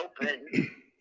open